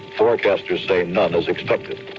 forecasters say none is expected.